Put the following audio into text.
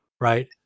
right